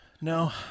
No